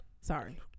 sorry